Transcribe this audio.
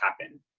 happen